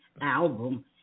album